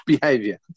Behavior